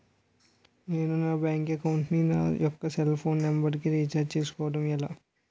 నేను నా bank account నుంచి నా యెక్క సెల్ ఫోన్ నంబర్ కు రీఛార్జ్ చేసుకోవడం ఎలా?